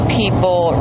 people